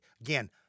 Again